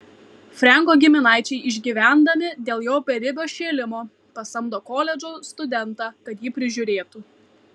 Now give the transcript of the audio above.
frenko giminaičiai išgyvendami dėl jo beribio šėlimo pasamdo koledžo studentą kad jį prižiūrėtų